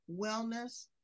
wellness